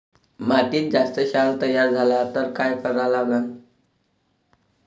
मातीत जास्त क्षार तयार झाला तर काय करा लागन?